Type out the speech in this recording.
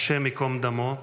ה' ייקום דמו,